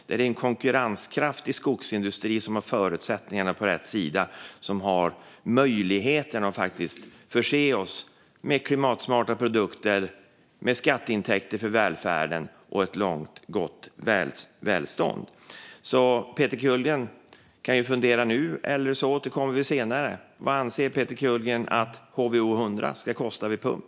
En konkurrenskraftig skogsindustri, som har förutsättningarna på rätt sida, har möjligheten att förse oss med klimatsmarta produkter, med skatteintäkter till välfärden och ett långt, gott välstånd. Peter Kullgren kan nu fundera på eller återkomma senare om vad han anser att HVO 100 ska kosta vid pump.